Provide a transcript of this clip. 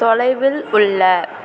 தொலைவில் உள்ள